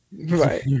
Right